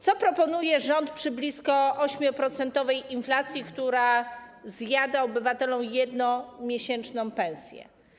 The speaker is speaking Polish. Co proponuje rząd przy blisko 8-procentowej inflacji, która zjada obywatelom miesięczną pensję?